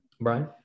Brian